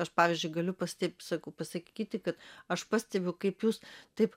aš pavyzdžiui galiu pasteb sakau pasakyti kad aš pastebiu kaip jūs taip